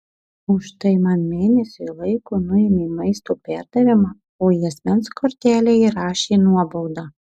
už tai man mėnesiui laiko nuėmė maisto perdavimą o į asmens kortelę įrašė nuobaudą